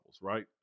right